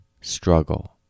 struggle